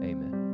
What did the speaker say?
Amen